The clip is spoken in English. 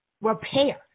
repair